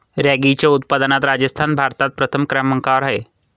रॅगीच्या उत्पादनात राजस्थान भारतात प्रथम क्रमांकावर आहे